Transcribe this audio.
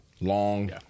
long